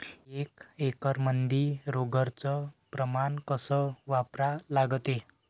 एक एकरमंदी रोगर च प्रमान कस वापरा लागते?